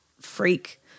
freak